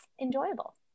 enjoyable